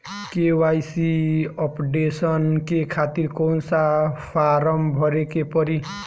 KYC updation के खातिर कौन सा फारम भरे के पड़ी?